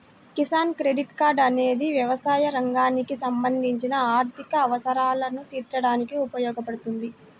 Kisan credit card అనేది వ్యవసాయ రంగానికి సంబంధించిన ఆర్థిక అవసరాలను తీర్చడానికి ఉపయోగపడుతుంది